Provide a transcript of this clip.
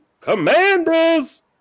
Commanders